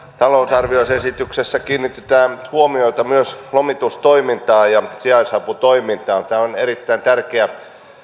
talousarvioesityksessä kiinnitetään huomiota myös lomitustoimintaan ja sijaisaputoimintaan tämä on erittäin tärkeä